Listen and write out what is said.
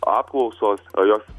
apklausos o jos